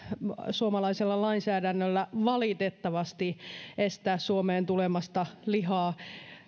suomalaisella lainsäädännöllä valitettavasti estää suomeen tulemasta lihaa